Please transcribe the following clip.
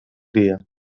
dia